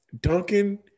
Duncan